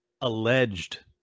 alleged